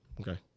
Okay